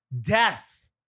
death